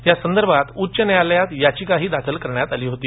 यासंदर्भात उच्च न्यायलयात याचिकाही दाखल करण्यात आली होती